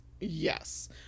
yes